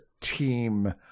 team